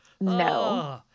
No